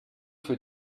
für